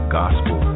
gospel